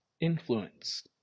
Influence